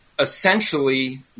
essentially